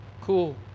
cool